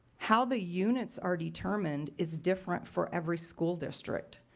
how the units are determined is different for every school district.